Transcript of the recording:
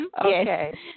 Okay